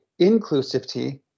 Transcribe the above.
inclusivity